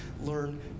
learn